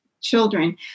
children